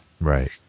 Right